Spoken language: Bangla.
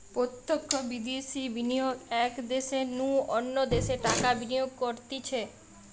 প্রত্যক্ষ বিদ্যাশে বিনিয়োগ এক দ্যাশের নু অন্য দ্যাশে টাকা বিনিয়োগ করতিছে